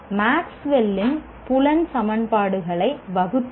மேக்ஸ்வெல்லின் புலம் சமன்பாடுகளை வகுத்துரை